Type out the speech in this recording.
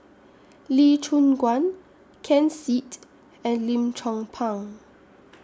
Lee Choon Guan Ken Seet and Lim Chong Pang